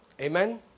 Amen